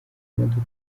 imodoka